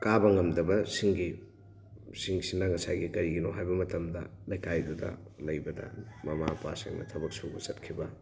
ꯀꯥꯕ ꯉꯝꯗꯕꯁꯤꯡꯒꯤ ꯁꯤꯡꯁꯤꯅ ꯉꯁꯥꯏꯒꯤ ꯀꯔꯤꯒꯤꯅꯣ ꯍꯥꯏꯕ ꯃꯇꯝꯗ ꯂꯩꯀꯥꯏꯗꯨꯗ ꯂꯩꯕꯗ ꯃꯃꯥ ꯃꯄꯥꯁꯤꯡꯅ ꯊꯕꯛ ꯁꯨꯕ ꯆꯠꯈꯤꯕ